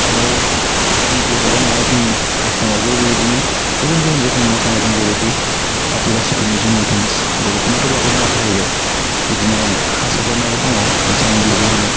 आरोबाव जोंनि बर'ल' नङा जोंनि आसामावबो बेबायदिनो गुबुन गुबुन मोसानाय दं जेरैबायदि आदिबासिफोरनि जुमुर दान्स बर'फोरनाथ' बागुरुम्बा थाहैबाय बिदिनो हारसाफोरनाबो दङ जें बिहु होनो